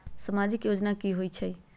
समाजिक योजना की होई छई?